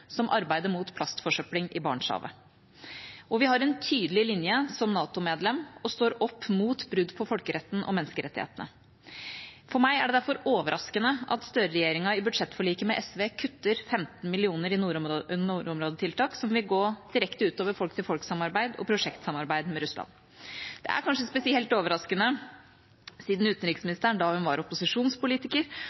som arbeidet mot plastforsøpling i Barentshavet. Vi har en tydelig linje som NATO-medlem, og står opp mot brudd på folkeretten og menneskerettighetene. For meg er der derfor overraskende at Støre-regjeringa i budsjettforliket med SV kutter 15 mill. kr i nordområdetiltak, som vil gå direkte ut over folk-til-folk-samarbeid og prosjektsamarbeid med Russland. Det er kanskje spesielt overraskende siden utenriksministeren, da hun var opposisjonspolitiker,